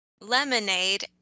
lemonade